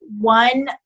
one